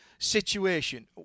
situation